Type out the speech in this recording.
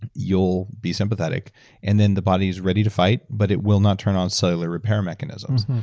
you'll be sympathetic and then the body is ready to fight, but it will not turn on cellular repair mechanisms.